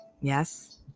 Yes